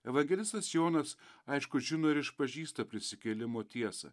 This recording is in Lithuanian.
evangelistas jonas aišku žino ir išpažįsta prisikėlimo tiesą